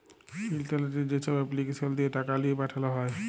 ইলটারলেটে যেছব এপলিকেসল দিঁয়ে টাকা লিঁয়ে পাঠাল হ্যয়